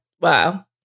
Wow